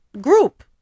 group